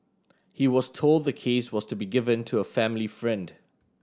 he was told the case was to be given to a family friend